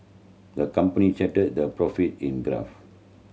the company charted their profit in graph